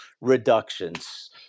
reductions